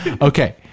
Okay